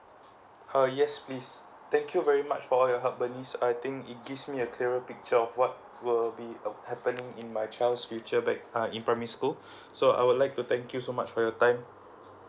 uh yes please thank you very much for your help bernice I think it gives me a clearer picture of what will be uh happen in my child's future back uh in primary school so I would like to thank you so much for your time